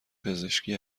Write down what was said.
پزشکی